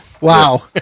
Wow